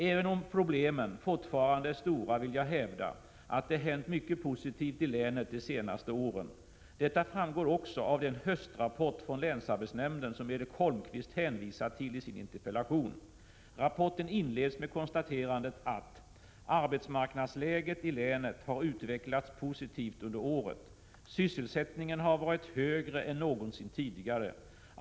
Även om problemen fortfarande är stora vill jag hävda att det hänt mycket positivt i länet de senaste åren. Detta framgår också av den höstrapport från länsarbetsnämnden som Erik Holmkvist hänvisar till i sin interpellation. Rapporten inleds med konstaterandet att ”arbetsmarknadsläget i länet har utvecklats positivt under året. Sysselsättningen har varit högre än någonsin tidigare.